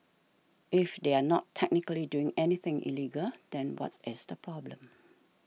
if they are not technically doing anything illegal then what is the problem